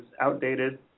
outdated